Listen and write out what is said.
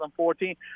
2014